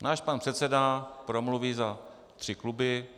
Náš pan předseda promluví za tři kluby.